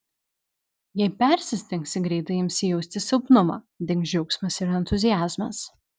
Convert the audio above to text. jei persistengsi greitai imsi jausti silpnumą dings džiaugsmas ir entuziazmas